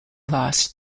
loss